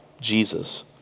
Jesus